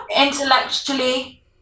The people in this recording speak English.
Intellectually